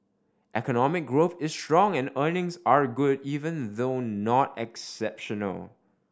economic growth is strong and earnings are good even though not exceptional